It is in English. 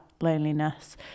loneliness